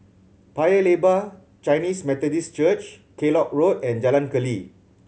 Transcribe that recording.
Paya Lebar Chinese Methodist Church Kellock Road and Jalan Keli